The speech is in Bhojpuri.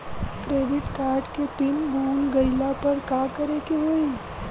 क्रेडिट कार्ड के पिन भूल गईला पर का करे के होई?